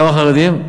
כמה חרדים?